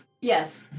Yes